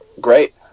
great